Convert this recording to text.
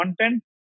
content